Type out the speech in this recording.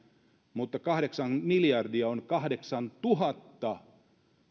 mutta kahdeksan miljardia on kahdeksantuhatta